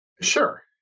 Sure